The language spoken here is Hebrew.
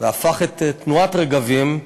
והפך את תנועת "רגבים"